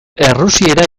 errusiera